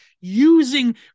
using